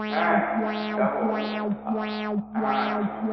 হ্যাঁ যাবো হ্যাঁ আচ্ছা